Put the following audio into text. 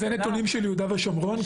זה נתונים של יהודה ושומרון?